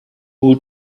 who